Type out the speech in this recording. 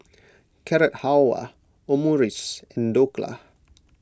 Carrot Halwa Omurice and Dhokla